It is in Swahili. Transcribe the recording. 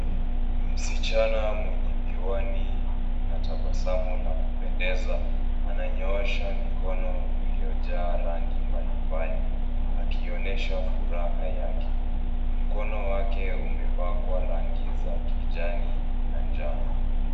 Msichana mwenye miwani na tabasamu la kupendeza, ananyoosha mkono uliojaa rangi mbalimbali, akionyesha furaha yake. Mkono wake umepakwa rangi za kijani na njano.